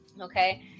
Okay